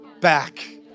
back